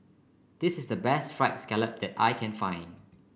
this is the best fried scallop that I can find